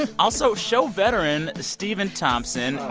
ah also, show veteran stephen thompson,